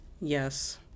yes